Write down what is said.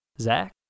Zach